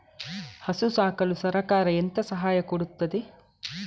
ಹಸು ಸಾಕಲು ಸರಕಾರ ಎಂತ ಸಹಾಯ ಕೊಡುತ್ತದೆ?